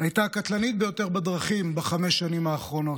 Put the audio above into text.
הייתה הקטלנית ביותר בדרכים בחמש השנים האחרונות.